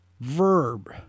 Verb